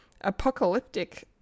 apocalyptic